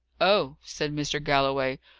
oh! said mr. galloway.